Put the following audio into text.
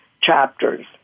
chapters